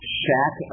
shack